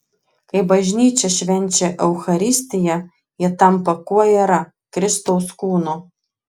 kai bažnyčia švenčia eucharistiją ji tampa kuo yra kristaus kūnu